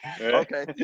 okay